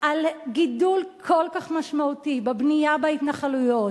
על גידול כל כך משמעותי בבנייה בהתנחלויות,